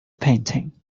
painting